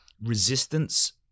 resistance